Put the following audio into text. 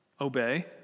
obey